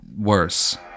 worse